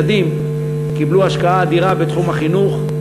ילדים קיבלו השקעה אדירה בתחום החינוך.